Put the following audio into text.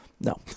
no